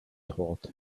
taught